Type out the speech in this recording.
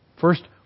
First